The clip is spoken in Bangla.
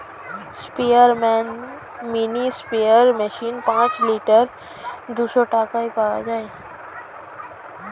স্পেয়ারম্যান মিনি স্প্রেয়ার মেশিন পাঁচ লিটার দুইশো টাকায় পাওয়া যায়